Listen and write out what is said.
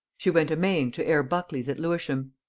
she went a-maying to air. buckley's at lewisham,